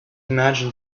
imagine